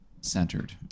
centered